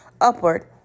upward